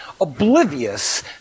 oblivious